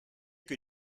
que